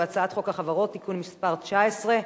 והוא הצעת חוק החברות (תיקון מס' 19)